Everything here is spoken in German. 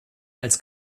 als